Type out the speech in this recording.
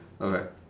okay